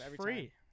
free